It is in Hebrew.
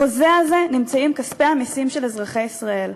בחוזה הזה נמצאים כספי המסים של אזרחי ישראל.